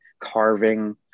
carving